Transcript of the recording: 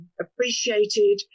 appreciated